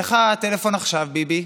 איך הטלפון עכשיו, ביבי?